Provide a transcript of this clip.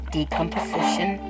Decomposition